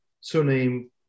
surname